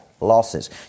losses